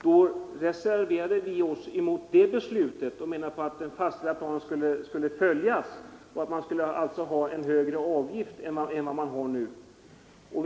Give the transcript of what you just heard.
Vi reserverade oss mot det beslutet och menade att den fastställda planen skulle följas, vilket skulle ha inneburit en högre avgift än vad som nu tillämpas.